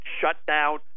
shutdown